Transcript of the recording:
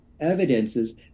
evidences